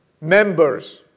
members